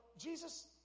jesus